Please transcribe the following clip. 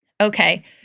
Okay